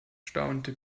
staunte